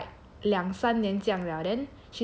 两三年这样了 then she thought like